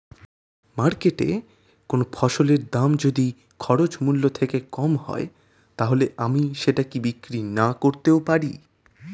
মার্কেটৈ কোন ফসলের দাম যদি খরচ মূল্য থেকে কম হয় তাহলে আমি সেটা কি বিক্রি নাকরতেও পারি?